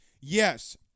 yes